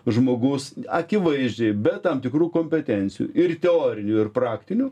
žmogus akivaizdžiai be tam tikrų kompetencijų ir teorinių ir praktinių